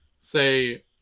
Say